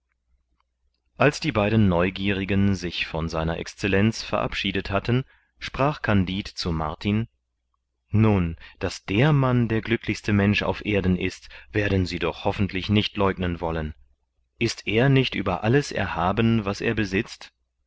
als die beiden neugierigen sich von sr excellenz verabschiedet hatten sagte kandid zu martin nun daß der mann der glücklichste mensch auf erden ist werden sie doch hoffentlich nicht leugnen wollen ist er nicht über alles erhaben was er besitzt